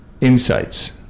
insights